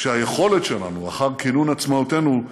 שהיכולת שלנו, לאחר כינון עצמאותנו,